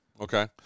Okay